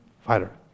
Fighter